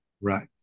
Right